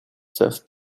served